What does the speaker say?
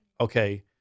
okay